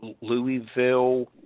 Louisville